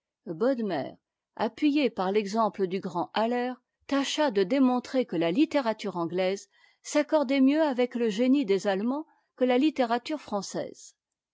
bodmer appuyé par l'exemple du grand haller tâcha de démontrer que la littérature anglaise s'accordait mieux avec le génie des allemands que la littérature française